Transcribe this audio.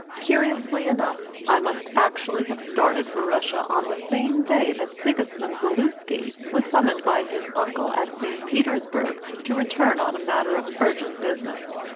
curiously enough, i must actually have started for russia on the same day that sigismund zaluski was summoned by his uncle at st. petersburg to return on a matter of urgent business.